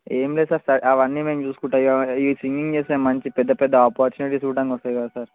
ఏమి లేదు సార్ స్ట అవన్నీమేము చూసుకుంటాం ఈ సింగింగ్ చేస్తే మంచి పెద్ద పెద్ద ఆపర్చునిటీస్ చూడానికివస్తాయి కదా సార్